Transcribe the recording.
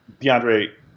DeAndre